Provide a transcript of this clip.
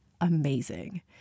amazing